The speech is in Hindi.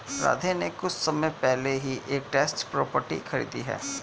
राधे ने कुछ समय पहले ही एक ट्रस्ट प्रॉपर्टी खरीदी है